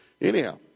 Anyhow